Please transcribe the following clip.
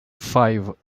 five